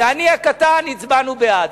ואני הקטן, הצבענו בעד.